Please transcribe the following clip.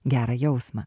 gerą jausmą